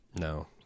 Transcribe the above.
No